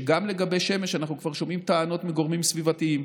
שגם לגבי שמש אנחנו כבר שומעים טענות מגורמים סביבתיים.